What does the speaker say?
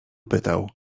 pytał